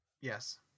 Yes